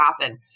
happen